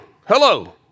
hello